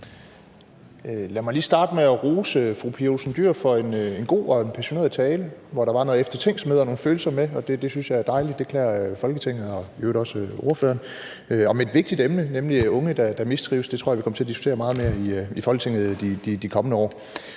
Lad mig lige starte med at rose fru Pia Olsen Dyhr for en god og passioneret tale – hvor der var noget eftertænksomhed og nogle følelser med, og det synes jeg er dejligt, det klæder Folketinget og i øvrigt også ordføreren – om et vigtigt emne, nemlig unge, der mistrives. Det tror jeg vi kommer til at diskutere meget mere i Folketinget i det kommende år.